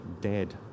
dead